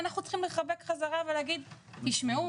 אנחנו צריכים לחבק חזרה ולהגיד: "תשמעו,